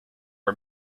are